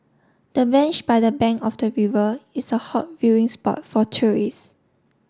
the bench by the bank of the river is a hot viewing spot for tourist